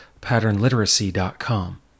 patternliteracy.com